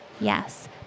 Yes